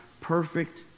perfect